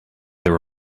there